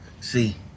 See